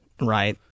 Right